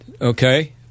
Okay